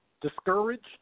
discouraged